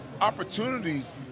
opportunities